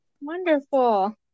Wonderful